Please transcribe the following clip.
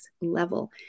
level